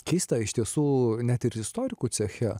keista iš tiesų net ir istorikų ceche